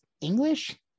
English